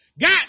Got